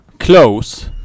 Close